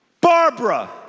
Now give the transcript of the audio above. Barbara